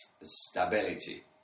stability